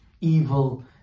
evil